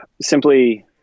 simply